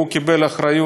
הוא קיבל אחריות.